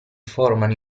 formano